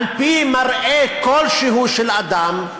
על-פי מראה כלשהו של אדם,